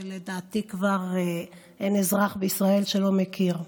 שלדעתי כבר אין אזרח בישראל שלא מכיר.